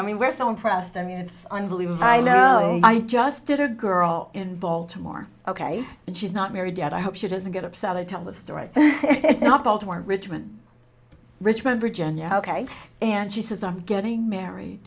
i mean we're so impressed i mean it's unbelievable i know i just did her girl in baltimore ok and she's not married yet i hope she doesn't get upset to tell a story baltimore in richmond richmond virginia ok and she says i'm getting married